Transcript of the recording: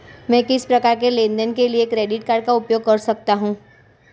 मैं किस प्रकार के लेनदेन के लिए क्रेडिट कार्ड का उपयोग कर सकता हूं?